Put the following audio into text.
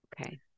Okay